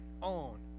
on